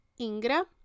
Ingra